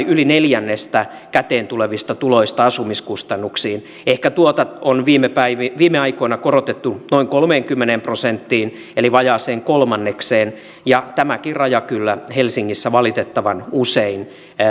yli neljännestä käteentulevista tuloista asumiskustannuksiin ehkä tuota on viime aikoina korotettu noin kolmeenkymmeneen prosenttiin eli vajaaseen kolmannekseen ja tämäkin raja kyllä helsingissä valitettavan usein